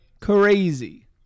Crazy